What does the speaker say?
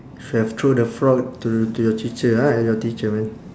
should have throw the frog to to your teacher ah at your teacher man